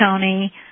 Tony